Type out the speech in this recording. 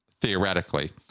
theoretically